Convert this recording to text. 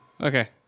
Okay